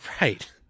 right